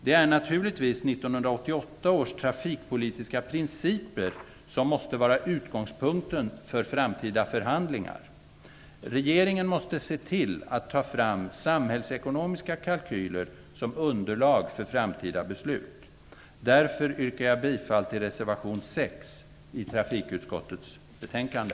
Det är naturligtvis 1988 års trafikpolitiska principer som måste vara utgångspunkten för framtida förhandlingar. Regeringen måste se till att ta fram samhällsekonomiska kalkyler som underlag för framtida beslut. Därför yrkar jag bifall till reservation 6 i trafikutskottets betänkande.